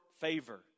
favor